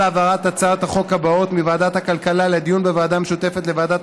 על העברת הצעות חוק מוועדת הכלכלה לדיון בוועדה המשותפת לוועדת